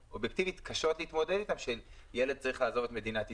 שאובייקטיבית קשה להתמודד אתן שילד צריך לעזוב את מדינת ישראל.